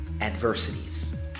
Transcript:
adversities